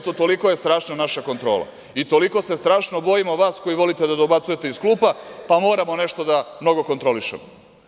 Toliko je strašna naša kontrola i… (Nemanja Šarović dobacuje.) … toliko se strašno bojimo vas koji volite da dobacujete iz klupa, pa moramo nešto mnogo da kontrolišemo.